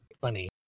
funny